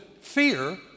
fear